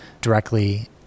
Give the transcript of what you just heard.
directly